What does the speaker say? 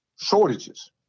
shortages